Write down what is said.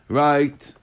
right